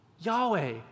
Yahweh